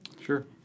Sure